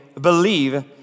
believe